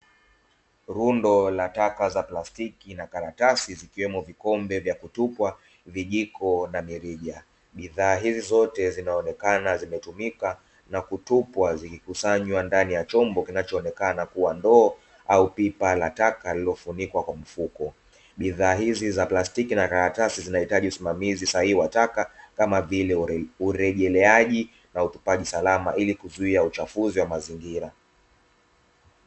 Rundo la taka za plastiki na karatasi zikiwemo vikombe vya kutupwa, vijiko na mirija, bidhaa hizi zote zinaonekana zimetumika na kutupwa zikikusanywa ndani ya chombo kinachoonekana kua ndoo au pipa la taka lililofunikwa kwa mfuko, bidhaa hizi za plastiki na karatasi zinahitaji usimamizi sahihi wa taka kamavile uregeleaji na utupaji salama ili kuzuia uchafuzi wa mazingira.